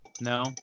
No